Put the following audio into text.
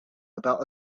about